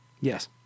yes